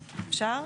אפשר?